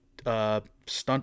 stunt